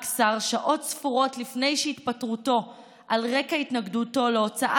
רק שעות ספורות לפני שהתפטרותו על רקע התנגדותו להוצאת